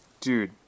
Dude